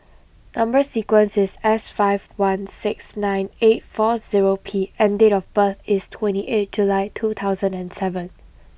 number sequence is S five one six nine eight four zero P and date of birth is twenty eight July two thousand and seven